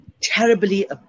terribly